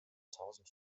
tausend